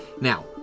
Now